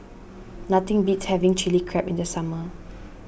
nothing beats having Chili Crab in the summer